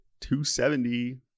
270